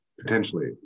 potentially